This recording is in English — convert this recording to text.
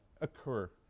occur